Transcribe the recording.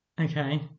Okay